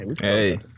Hey